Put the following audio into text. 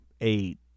eight